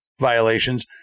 violations